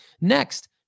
Next